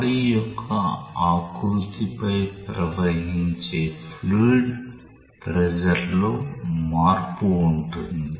body యొక్క ఆకృతిపై ప్రవహించే ఫ్లూయిడ్ ప్రెషర్ లో మార్పు ఉంటుంది